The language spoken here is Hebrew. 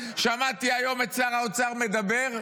שמעתי היום את שר האוצר מדבר: